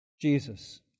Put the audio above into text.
Jesus